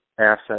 asset